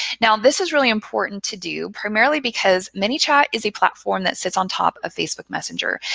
now this is really important to do primarily because manychat is a platform that sits on top of facebook messenger.